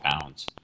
pounds